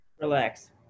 Relax